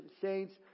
saints